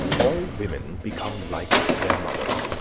all women become like their mothers.